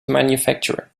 manufacturer